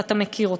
ואתה מכיר אותי.